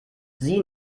sie